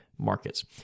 markets